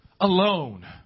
alone